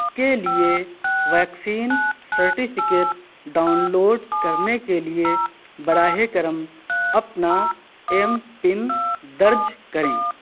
کے لیے vaccine certificate download کرنے کے لیے براہ کرم اپنا ایم پن درج کریں